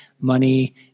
money